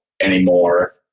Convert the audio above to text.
anymore